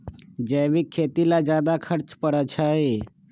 जैविक खेती ला ज्यादा खर्च पड़छई?